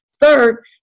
Third